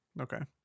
Okay